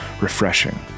Refreshing